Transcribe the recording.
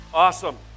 Awesome